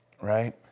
right